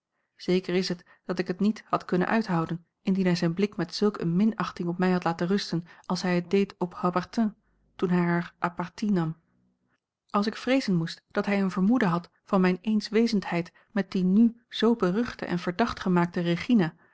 zeker is het dat ik het niet had kunnen uithouden indien hij zijn blik met zulk eene minachting op mij had laten rusten als hij het deed op haubertin toen hij haar à partie nam als ik vreezen moest dat hij een vermoeden had van mijne eenswezendheid met die n zoo beruchte en verdacht gemaakte regina